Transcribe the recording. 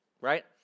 Right